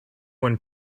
one